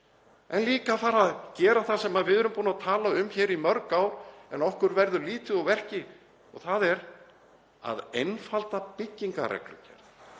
en líka að fara að gera það sem við erum búin að tala um í mörg ár en okkur verður lítið úr verki, og það er að einfalda byggingarreglugerð